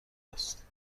است